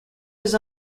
his